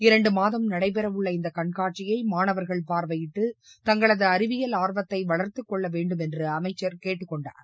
இரண்டு மாதம் நடைபெறவுள்ள இந்தக் கண்காட்சியை மாணவர்கள் பார்வையிட்டு தங்களது அறிவியல் ஆர்வத்தை வளர்த்துக் கொள்ள வேண்டும் என்று அமைச்சர் கேட்டுக் கொண்டார்